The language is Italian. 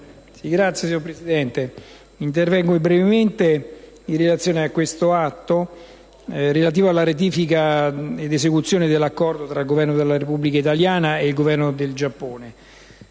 *(IdV)*. Signora Presidente, intervengo brevemente in relazione all'Atto Senato n. 2743, relativo alla ratifica ed esecuzione dell'Accordo tra il Governo della Repubblica italiana e il Governo del Giappone.